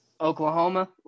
Oklahoma